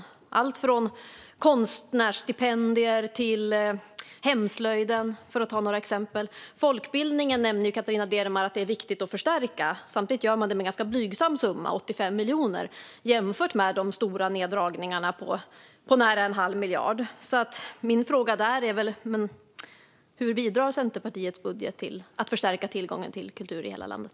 Det gäller allt från konstnärsstipendier till hemslöjden, för att ta några exempel. Catarina Deremar nämner att det är viktigt att förstärka folkbildningen, men samtidigt gör man det med en ganska blygsam summa: 85 miljoner. Det kan man jämföra med de stora neddragningarna på nära en halv miljard. Min fråga är därför: Hur bidrar Centerpartiets budget till att förstärka tillgången till kultur i hela landet?